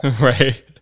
Right